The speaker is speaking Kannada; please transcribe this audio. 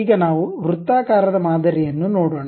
ಈಗ ನಾವು ವೃತ್ತಾಕಾರದ ಮಾದರಿಯನ್ನು ನೋಡೋಣ